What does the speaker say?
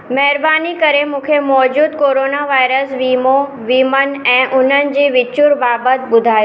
महिरबानी करे मूंखे मौजूदु कोरोना वायरस वीमो वीमनि ऐं उन्हनि जी विचूर बाबति ॿुधायो